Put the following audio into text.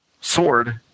sword